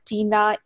Tina